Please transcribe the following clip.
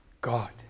God